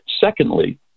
Secondly